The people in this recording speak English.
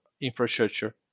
infrastructure